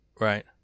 Right